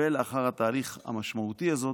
ולאחר התהליך המשמעותי הזה,